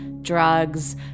drugs